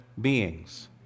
beings